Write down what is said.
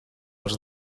els